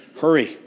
hurry